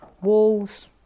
walls